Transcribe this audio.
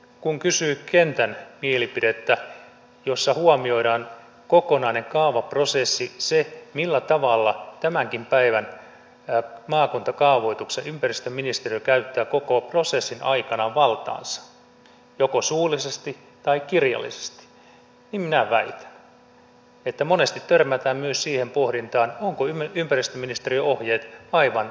kun kysyy kentän mielipidettä jossa huomioidaan kokonainen kaavaprosessi se millä tavalla tämänkin päivän maakuntakaavoituksessa ympäristöministeriö käyttää koko prosessin aikana valtaansa joko suullisesti tai kirjallisesti niin minä väitän että monesti törmätään myös siihen pohdintaan ovatko ympäristöministeriön ohjeet aivan lainmukaisia